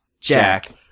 Jack